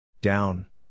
Down